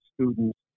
students